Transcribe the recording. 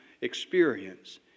experience